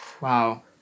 Wow